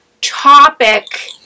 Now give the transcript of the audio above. topic